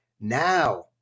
now